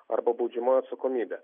arba baudžiamoji atsakomybė